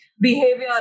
behavior